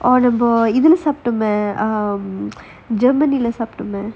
oh the நம்ம இதுல சாப்டாமே:namma ithula saaptaamae germany lah சாப்டாமே:saaptaamae